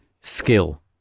skill